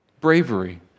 Bravery